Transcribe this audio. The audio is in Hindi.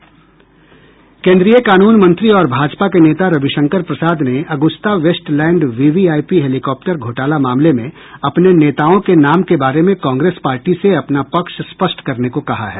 केन्द्रीय कानून मंत्री और भाजपा के नेता रविशंकर प्रसाद ने अगुस्ता वेस्टलैंड वीवीआईपी हैलीकॉप्टर घोटाला मामले में अपने नेताओं के नाम के बारे में कांग्रेस पार्टी से अपना पक्ष स्पष्ट करने को कहा है